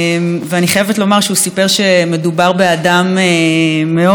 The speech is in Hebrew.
אני חייבת לומר שהוא סיפר שמדובר באדם מאוד,